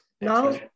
No